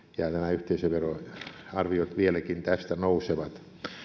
yhteisöveroarviot vieläkin tästä nousevat